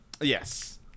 Yes